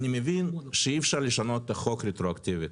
אני מבין שאי אפשר לשנות את החוק רטרואקטיבית.